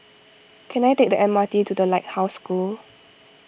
can I take the M R T to the Lighthouse School